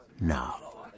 Now